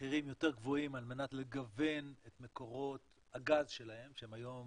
מחירים יותר גבוהים על מנת לגוון את מקורות הגז שלהם שהם היום